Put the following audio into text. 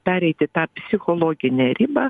pereiti tą psichologinę ribą